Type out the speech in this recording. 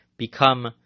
become